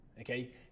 Okay